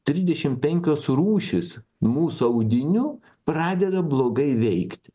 trisdešim penkios rūšys mūsų audinių pradeda blogai veikti